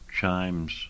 Chimes